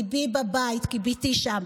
ליבי בבית כי בתי שם,